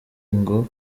ngo